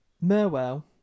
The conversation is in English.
merwell